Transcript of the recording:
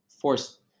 force